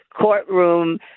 courtroom